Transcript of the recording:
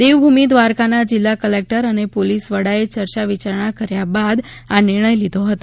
દેવભૂમિ દ્વારકાના જિલ્લા કલેકટર અને પોલીસવડાએ ચર્ચા વિચારણા કર્યા બાદ આ નિર્ણય લીધો હતો